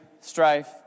strife